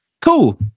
Cool